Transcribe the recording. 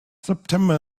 september